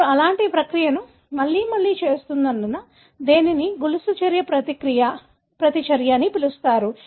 మీరు ఇలాంటి ప్రక్రియను మళ్ళీ మళ్ళీ చేస్తున్నందున దీనిని గొలుసు ప్రతిచర్య అని పిలుస్తారు